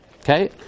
okay